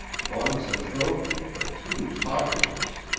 one's a trophy but two's hoggishness.